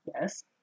Yes